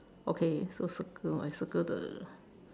okay so circle I circle the